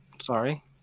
Sorry